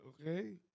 Okay